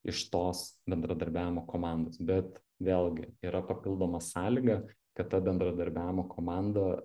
iš tos bendradarbiavimo komandos bet vėlgi yra papildoma sąlyga kad ta bendradarbiavimo komanda